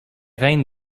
reine